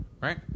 right